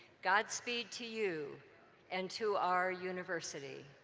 godspeed to you and to our university.